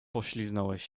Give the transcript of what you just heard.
pośliznąłeś